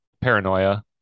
paranoia